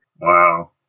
Wow